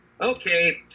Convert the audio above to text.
okay